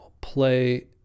play